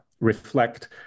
reflect